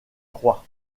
rois